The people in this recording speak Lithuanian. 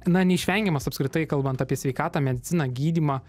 na neišvengiamas apskritai kalbant apie sveikatą mediciną gydymą